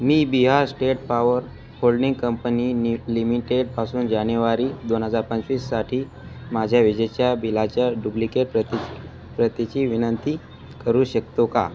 मी Bihar state power holding company नि लिमिटेडपासून जानेवारी दोन हजार पंचवीससाठी माझ्या विजेच्या बिलाच्या डुप्लिकेट प्रती प्रतीची विनंती करू शकतो का